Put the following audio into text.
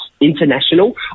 international